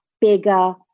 bigger